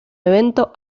evento